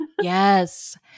Yes